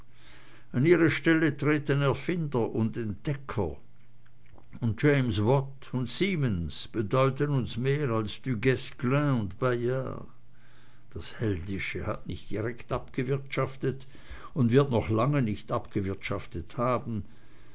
an ihre stelle treten erfinder und entdecker und james watt und siemens bedeuten uns mehr als du guesclin und bayard das heldische hat nicht direkt abgewirtschaftet und wird noch lange nicht abgewirtschaftet haben